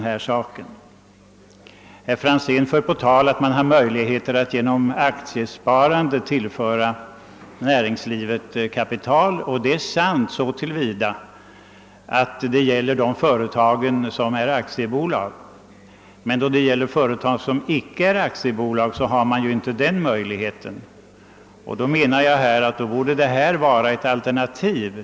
Herr Franzén sade att det finns möjligheter att genom aktiesparande tillföra näringslivet kapital. Detta är sant när det gäller aktiebolag, men i fråga om andra företag finns inte dessa möjligheter. Därför menar jag att de sistnämnda företagen bör ha ett alternativ.